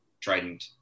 trident